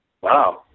Wow